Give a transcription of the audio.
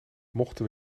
mochten